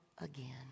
again